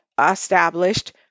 established